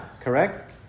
correct